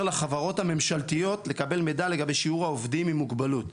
לחברות הממשלתיות לקבל מידע לגבי שיעור העובדים עם מוגבלות.